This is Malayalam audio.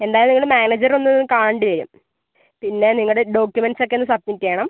എന്തായാലും നിങ്ങൾ മാനേജറെയൊന്നു കാണെണ്ടി വരും പിന്നെ നിങ്ങളുടെ ഡോക്യുമെന്റസോക്കെയാണ് സബ്മിറ്റ് ചെയ്യണം